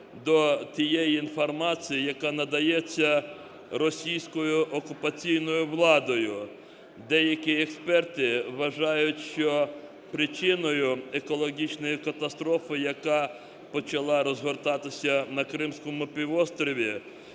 до тієї інформації, яка надається російською окупаційною владою. Деякі експерти вважають, що причиною екологічної катастрофи, яка почала розгортатися на Кримському півострові,